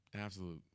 absolute